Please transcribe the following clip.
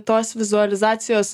tos vizualizacijos